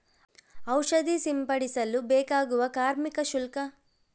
ಔಷಧಿ ಸಿಂಪಡಿಸಲು ಬೇಕಾಗುವ ಕಾರ್ಮಿಕ ಶುಲ್ಕ?